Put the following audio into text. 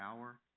hour